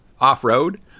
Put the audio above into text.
off-road